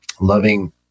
loving